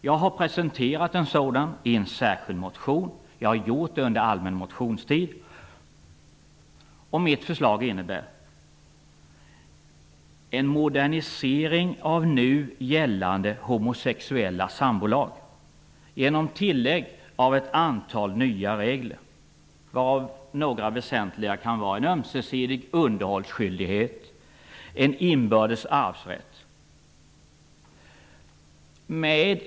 Jag har presenterat en sådan i en särsklid motion. Jag har gjort det under allmän motionstid. Mitt förslag innebär en modernisering av nu gällande sambolag för heterosexuella genom tillägg av ett antal nya regler, varav några väsentliga kan vara en ömsesidig underhållsskyldighet och en inbördes arvsrätt.